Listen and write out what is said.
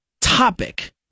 topic